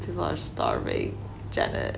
people are starving janet